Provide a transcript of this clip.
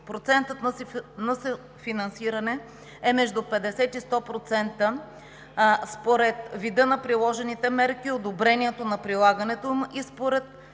Процентът на съфинансиране е между 50% и 100%, а според вида на приложените мерки одобрението на прилагането е и според